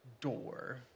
door